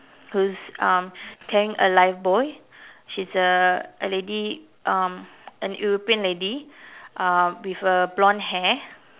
who's um carrying a lifebuoy she is a a lady um an European lady uh with a blonde hair